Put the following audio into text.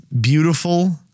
beautiful